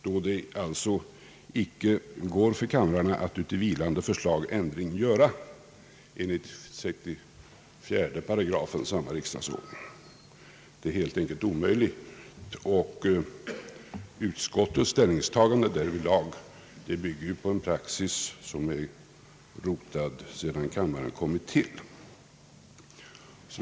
I senare fallet kan alltså kamrarna icke »uti vilande förslag ändring göra», som det heter i 64 § riksdagsordningen. Utskottets ställningstagande därvidlag bygger också på en praxis som är rotad alltsedan kammaren kom till.